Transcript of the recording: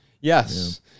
Yes